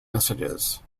messages